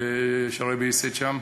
שהרעבע ייסד שם.